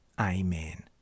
Amen